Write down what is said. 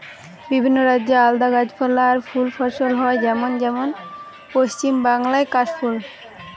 বিভিন্ন রাজ্যে আলদা গাছপালা আর ফুল ফসল হয় যেমন যেমন পশ্চিম বাংলায় কাশ ফুল